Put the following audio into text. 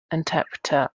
interpreter